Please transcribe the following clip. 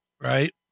Right